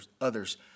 others